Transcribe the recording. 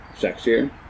Sexier